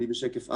בשקף 4,